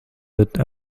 output